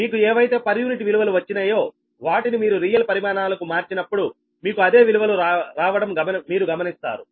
మీకు ఏవైతే per unit విలువలు వచ్చినయో వాటిని మీరు రియల్ పరిమాణాలకు మార్చినప్పుడు మీకు అదే విలువలు రావడం మీరు గమనిస్తారు